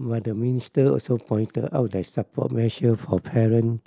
but the minister also pointed out that support measure for parent